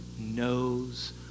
Knows